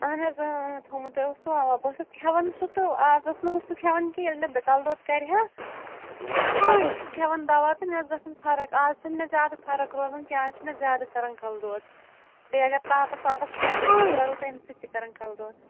اہن حظ اۭں اۭں تھومُتے اوسوٕ اَوا بہٕ ٲسٕس کھیٚوان سُہ تہٕ آز ٲسٕس نہٕ بہٕ سُہ کھیٚوان کیٚنٛہہ ییٚلہِ مےٚ کَلہٕ دود کَرِہا تہٕ پَتہٕ ٲسٕس سُہ کھیٚوان دوا تہٕ مےٚ ٲس گژھان فرق اَز چھَنہٕ مےٚ زیادٕ فرق روزان کینٛہہ آز چھُ مےٚ زیادٕ کَران کَلہٕ دود بیٚیہِ اگر تاپَس واپَس کینٛہہ کٲم کَرو تمہِ سۭتۍ تہِ کران کَلہٕ دود